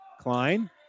Klein